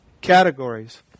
categories